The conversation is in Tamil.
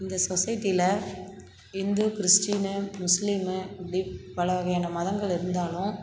இந்த சொசைட்டியில் இந்து கிறிஸ்டினு முஸ்லீமு அப்படி பலவகையான மதங்கள் இருந்தாலும்